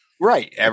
Right